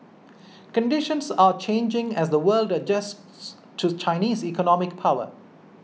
conditions are changing as the world adjusts to Chinese economic power